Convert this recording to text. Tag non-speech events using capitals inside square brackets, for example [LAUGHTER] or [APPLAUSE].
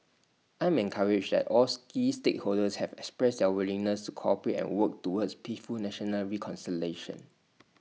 I am encouraged that all [NOISE] key stakeholders have expressed their willingness to cooperate and work towards peaceful national reconciliation